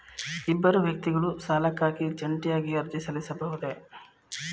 ಇಬ್ಬರು ವ್ಯಕ್ತಿಗಳು ಸಾಲಕ್ಕಾಗಿ ಜಂಟಿಯಾಗಿ ಅರ್ಜಿ ಸಲ್ಲಿಸಬಹುದೇ?